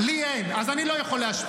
לי אין, אז אני לא יכול להשפיע.